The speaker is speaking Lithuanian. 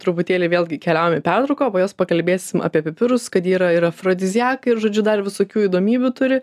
truputėlį vėlgi keliaujam į pertrauką o po jos pakalbėsim apie pipirus kad jie yra ir afrodiziakai ir žodžiu dar visokių įdomybių turi